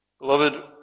Beloved